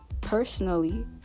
personally